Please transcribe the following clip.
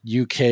UK